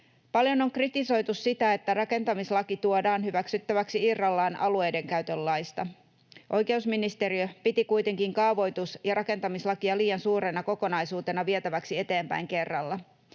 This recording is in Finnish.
Paljon on kritisoitu sitä, että rakentamislaki tuodaan hyväksyttäväksi irrallaan alueidenkäytön laista. Oikeusministeriö piti kuitenkin kaavoitus- ja rakentamislakia liian suurena kokonaisuutena vietäväksi eteenpäin kerralla.